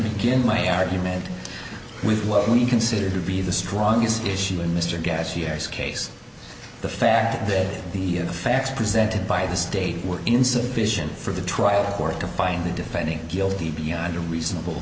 begin my argument with what would you consider to be the strongest issue in mr gas yes case the fact that the facts presented by the state were insufficient for the trial court to find the defending guilty beyond a reasonable